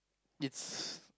it's